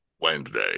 wednesday